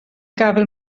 gafael